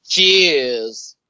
Cheers